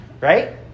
Right